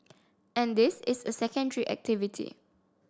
and this is a secondary activity